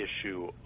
issue